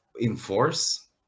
enforce